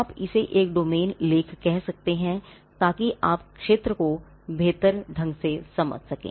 आप इसे एक डोमेन लेख कह सकते हैं ताकि आप क्षेत्र को बेहतर ढंग से समझ सकें